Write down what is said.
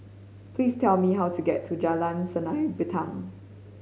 please tell me how to get to Jalan Sinar Bintang